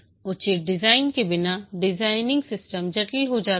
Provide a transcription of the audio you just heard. उचित डिजाइन के बिना डिजाइनिंग सिस्टम जटिल हो जाता है